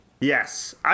Yes